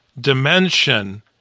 dimension